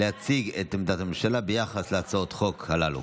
להציג את עמדת הממשלה ביחס להצעות החוק הללו.